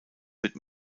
wird